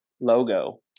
logo